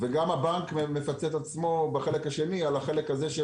וגם הבנק מפצה את עצמו בחלק השני על החלק הזה.